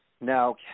Now